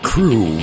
Crew